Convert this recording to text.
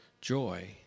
joy